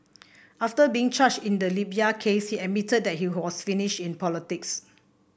after being charged in the Libya case he admitted that he was finished in politics